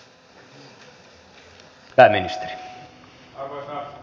arvoisa puhemies